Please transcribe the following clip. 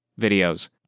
videos